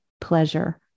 pleasure